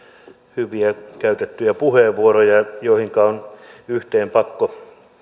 hyviä käytettyjä puheenvuoroja joista on yhteen pakko